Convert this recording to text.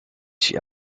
she